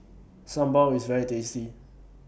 Sambal IS very tasty